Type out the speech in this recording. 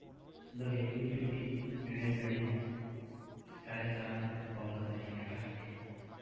ᱟᱫᱚ ᱦᱤᱡᱩᱜ ᱦᱤᱡᱩᱜ ᱛᱮᱜᱮ ᱴᱨᱮᱱ ᱜᱟᱹᱰᱤ ᱦᱚᱸ ᱠᱟᱨᱮᱱ ᱪᱟᱞᱟᱣᱮᱱ ᱠᱷᱟᱹᱛᱤᱨ ᱵᱚᱱᱫᱚ ᱛᱟᱸᱦᱮᱭᱮᱱᱟ ᱰᱟᱦᱟᱨ ᱨᱮᱜᱮ